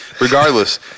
regardless